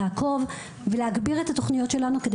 לעקוב ולהגביר את התוכניות שלנו כדי